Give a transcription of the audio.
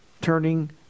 turning